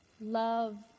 Love